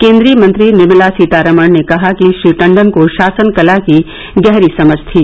केन्द्रीय मंत्री निर्मला सीतारामन ने कहा कि श्री टंडन को शासन कला की गहरी समझ थी